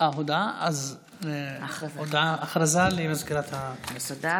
הודעה למזכירת הכנסת.